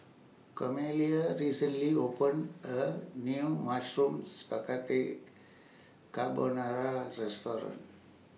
Cornelia recently opened A New Mushroom Spaghetti Carbonara Restaurant